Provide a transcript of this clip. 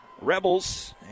Rebels